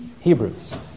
Hebrews